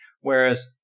whereas